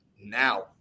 Now